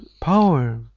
power